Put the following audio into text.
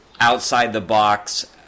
outside-the-box